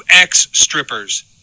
ex-strippers